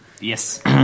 Yes